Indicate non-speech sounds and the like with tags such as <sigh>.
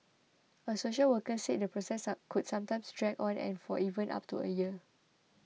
a social worker said the process <unintelligible> could sometimes drag on for even up to a year